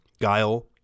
Guile